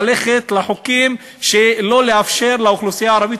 ללכת לחוקים שלא לאפשר לאוכלוסייה הערבית,